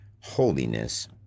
holiness